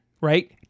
right